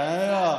נכון?)